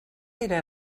era